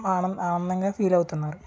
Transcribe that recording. ఆనం ఆనందంగా ఫీల్ అవుతున్నారు